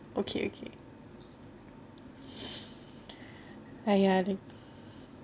okay okay !aiya!